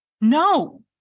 No